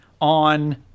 on